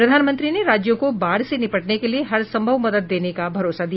प्रधानमंत्री ने राज्यों को बाढ़ से निपटने के लिये हरसंभव मदद देने का भरोसा दिया